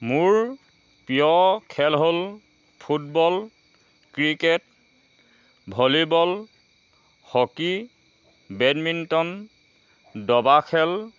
মোৰ প্ৰিয় খেল হ'ল football cricket volleyball hockey badminton দবাখেল